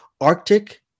Arctic